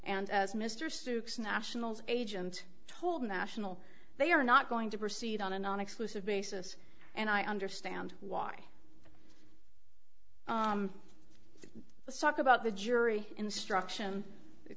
and as mr stooks nationals agent told national they are not going to proceed on a non exclusive basis and i understand why let's talk about the jury instruction